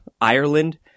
Ireland